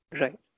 Right